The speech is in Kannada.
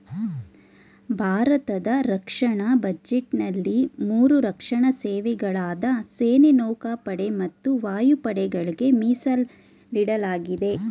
ಭಾರತದ ರಕ್ಷಣಾ ಬಜೆಟ್ನಲ್ಲಿ ಮೂರು ರಕ್ಷಣಾ ಸೇವೆಗಳಾದ ಸೇನೆ ನೌಕಾಪಡೆ ಮತ್ತು ವಾಯುಪಡೆಗಳ್ಗೆ ಮೀಸಲಿಡಲಾಗಿದೆ